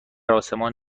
آسمان